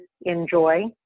enjoy